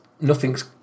nothing's